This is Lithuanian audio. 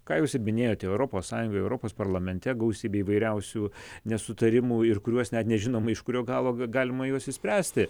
ką jūs minėjote europos sąjungoje europos parlamente gausybė įvairiausių nesutarimų ir kuriuos net nežinoma iš kurio galo galima juos išspręsti